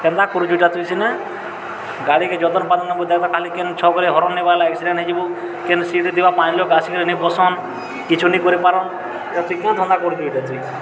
କେନ୍ତା କରୁଛୁ ଇ'ଟା ତୁଇ ସିନେ ଗାଡ଼ିକେ ଯତନ୍ପତନ୍ କେନ୍ ଛକ୍ରେ ହର୍ନ ନାଇ ବାଜ୍ଲେ ଆକ୍ସିଡେଣ୍ଟ୍ ହେଇଯିବୁ କେନ୍ ସିଟ୍ରେ ପାଞ୍ଚ ଲୋକ୍ ଆସିକରି ନାଇ ବସନ୍ କିଛୁ ନେଇ କରି ପାରନ୍ ଏ ଇ'ଟା ଧନ୍ଦା କରୁଛୁ ଇ'ଟା ତୁଇ